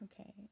Okay